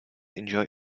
enjoy